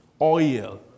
oil